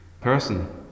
person